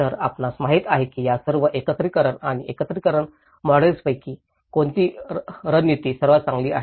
तर आपणास माहित आहे की या सर्व एकत्रीकरण आणि एकत्रिकरण मॉडेल्सपैकी कोणती रणनीती सर्वात चांगली आहे